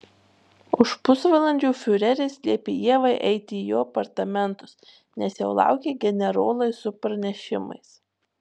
už pusvalandžio fiureris liepė ievai eiti į jo apartamentus nes jau laukė generolai su pranešimais